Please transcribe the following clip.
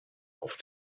auf